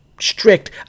strict